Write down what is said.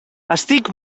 estic